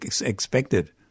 expected